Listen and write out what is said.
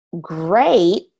great